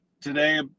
today